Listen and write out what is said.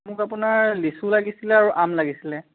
মোক আপোনাৰ লিচু লাগিছিল আৰু আম লাগিছিল